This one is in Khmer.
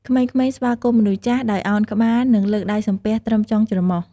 ក្មេងៗស្វាគមន៍មនុស្សចាស់ ដោយឱនក្បាល និងលើកដៃសំពះត្រឹមចុងច្រមុះ។